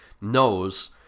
knows